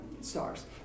stars